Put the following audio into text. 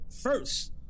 first